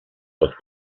pot